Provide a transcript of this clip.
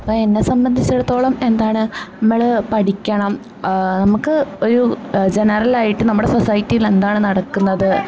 അപ്പം എന്നെ സംബന്ധിച്ചടത്തോളം എന്താണ് നമ്മൾ പഠിക്കണം നമുക്ക് ഒരു ജനറലായിട്ട് നമ്മുടെ സൊസൈറ്റിലെന്താണ് നടക്കുന്നത്